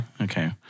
Okay